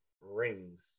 Rings